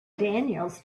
daniels